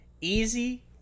easy